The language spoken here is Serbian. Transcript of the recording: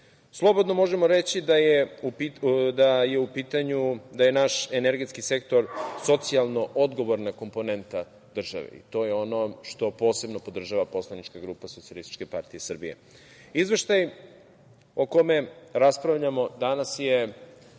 Slobodno možemo reći da je u pitanju, da je naš energetski sektor socijalno odgovorna komponenta državi i to je ono što posebno podržava poslanička grupa SPS.Izveštaj o kome raspravljamo danas je